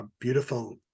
beautiful